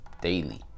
Daily